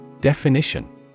Definition